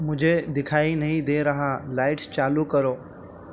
مجھے دکھائی نہیں دے رہا لائیٹس چالو کرو